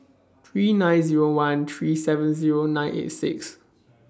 three nine Zero one three seven Zero nine eight six